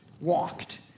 walked